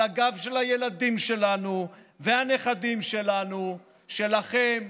על הגב של הילדים שלנו והנכדים שלנו שלכם,